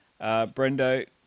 Brendo